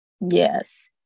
Yes